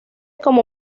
como